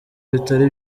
bitari